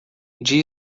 dia